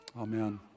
Amen